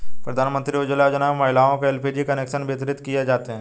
प्रधानमंत्री उज्ज्वला योजना में महिलाओं को एल.पी.जी कनेक्शन वितरित किये जाते है